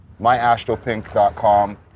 Myastropink.com